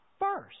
first